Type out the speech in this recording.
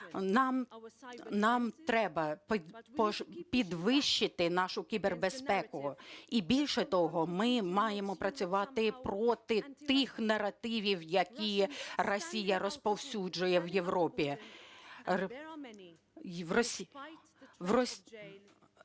нам треба підвищити нашу кібербезпеку і, більше того, ми маємо працювати проти тих наративів, які Росія розповсюджує в Європі.